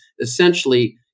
essentially